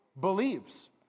believes